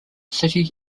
city